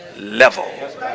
level